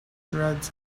dreads